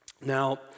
Now